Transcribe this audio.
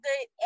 good